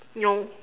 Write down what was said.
no